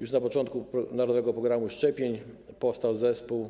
Już na początku działania narodowego programu szczepień powstał zespół